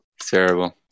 Terrible